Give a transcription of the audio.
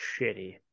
shitty